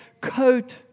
coat